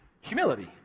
Humility